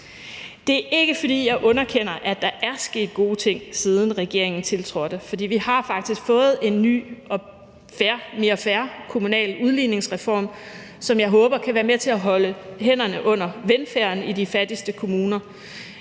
Det er ikke, fordi jeg underkender, at der er sket gode ting, siden regeringen tiltrådte, fordi vi har faktisk fået en ny og mere fair kommunal udligningsreform, som jeg håber kan være med til at holde hånden under velfærden i de fattigste kommuner.